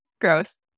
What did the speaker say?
Gross